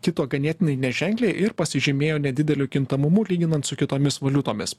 kito ganėtinai neženkliai ir pasižymėjo nedideliu kintamumu lyginant su kitomis valiutomis